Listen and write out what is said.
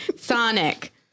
sonic